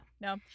no